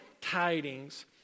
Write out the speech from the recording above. tidings